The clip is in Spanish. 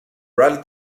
rally